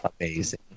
amazing